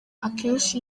akenshi